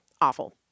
awful